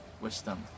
wisdom